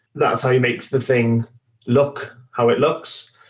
that's how you make the thing look how it looks.